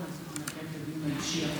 ליושב-ראש ועדת הכנסת חבר הכנסת אופיר כץ.